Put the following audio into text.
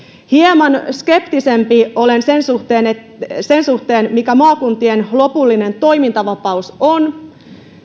hieman skeptisempi olen sen suhteen sen suhteen mikä maakuntien lopullinen toimintavapaus on